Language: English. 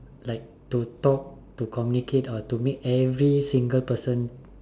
like to talk to communicate or to make every single person